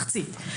מחצית.